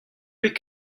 bet